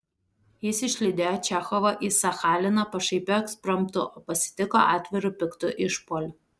jis išlydėjo čechovą į sachaliną pašaipiu ekspromtu o pasitiko atviru piktu išpuoliu